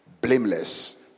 blameless